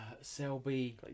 Selby